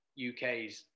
UKs